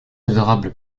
adorable